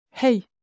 Hey